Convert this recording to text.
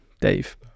Dave